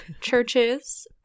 churches